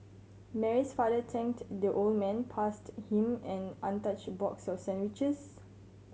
Mary's father thanked the old man passed him an untouched box of sandwiches